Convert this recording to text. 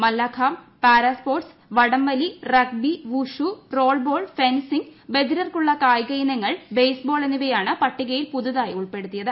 mallakhamb para sports tug of war rugby wushu roll ball fencing ബധിരർക്കുള്ള കായിക ഇനങ്ങൾ ബെയ്സ്ബോൾ എന്നിവയാണ് പട്ടികയിൽ പുതുതായി ഉൾപ്പെടുത്തിയത്